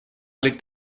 liegt